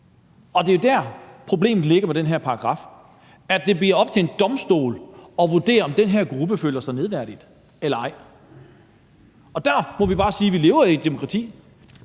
Og det er der, problemet ligger med den her paragraf, nemlig at det bliver op til domstolene at vurdere, om den her gruppe føler sig nedværdiget eller ej. Og der må vi bare sige, at vi lever i et demokrati,